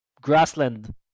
grassland